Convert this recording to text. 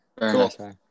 cool